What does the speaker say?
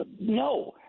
No